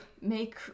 make